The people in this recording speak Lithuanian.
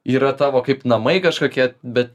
yra tavo kaip namai kažkokie bet